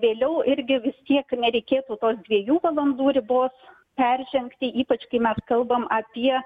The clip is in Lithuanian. vėliau irgi vis tiek nereikėtų tos dviejų valandų ribos peržengti ypač kai mes kalbam apie